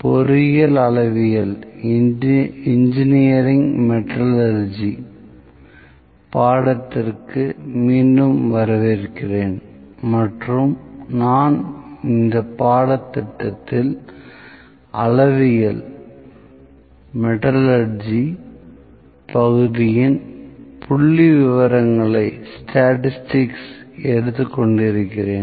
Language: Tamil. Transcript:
பொறியியல் அளவியல் இன்ஜினியரிங் மெட்ராலஜி பாடத்திற்கு மீண்டும் வரவேற்கிறேன் மற்றும் நான் இந்த பாடத்திட்டத்தில் அளவியல் பகுதியின் புள்ளி விவரங்களை எடுத்துக் கொண்டிருக்கிறேன்